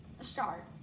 start